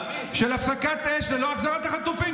של הפסקת אש ללא החזרת החטופים.